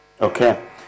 Okay